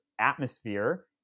atmosphere